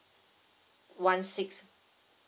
one six